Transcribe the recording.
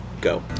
Go